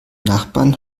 nachbarn